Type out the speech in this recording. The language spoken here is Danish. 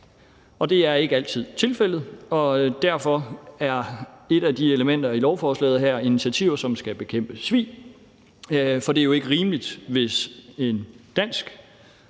og det er ikke altid tilfældet, og derfor er et af elementerne i lovforslaget her initiativer, som skal bekæmpe svig. For det er jo ikke rimeligt, hvis en dansk